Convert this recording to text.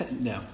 no